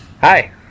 Hi